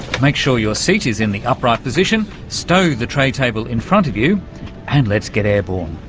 make sure your seat is in the upright position, stow the tray-table in front of you and let's get airborne.